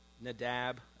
Nadab